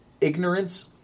ignorance